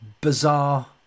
bizarre